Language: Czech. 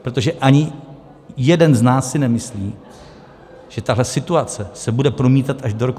Protože ani jeden z nás si nemyslí, že tahle situace se bude promítat až do roku 2027.